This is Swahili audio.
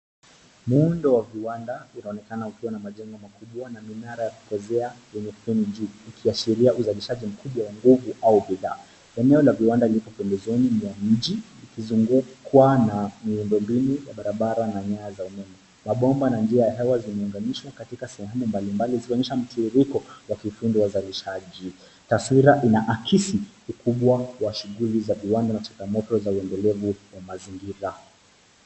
Mundo wa viwanda unaonekana ukiwa na majengo makubwa na minara ya kupozea yenye fremu juu ukiashiria uzalishaji mkubwa wa nguvu au bidhaa. Eneo la viwanda liko pembezoni mwa mji likizungukwa na miundombinu ya barabara na nyaya za umeme. Mabomba na njia ya hewa zimeunganishwa katika sehemu mbalimbali zikionyesha mtiririko wa kifundi wa uzalishaji. Taswira inaakisi ukubwa wa shugghuli za viwanda na changamoto za uendelevu wa mazingira.